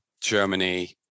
Germany